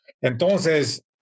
Entonces